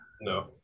No